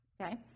okay